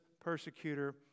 persecutor